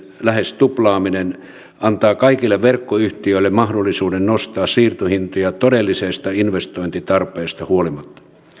lähes tuplaaminen antaa kaikille verkkoyhtiöille mahdollisuuden nostaa siirtohintoja todellisesta investointitarpeesta huolimatta